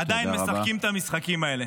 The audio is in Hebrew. עדיין משחקים את המשחקים האלה.